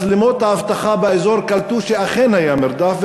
מצלמות האבטחה באזור קלטו שאכן היה מרדף,